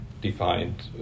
defined